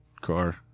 car